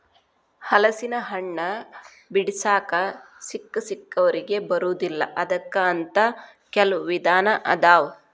ಹಲಸಿನಹಣ್ಣ ಬಿಡಿಸಾಕ ಸಿಕ್ಕಸಿಕ್ಕವರಿಗೆ ಬರುದಿಲ್ಲಾ ಅದಕ್ಕ ಅಂತ ಕೆಲ್ವ ವಿಧಾನ ಅದಾವ